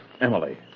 Emily